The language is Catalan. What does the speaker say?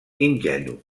ingenu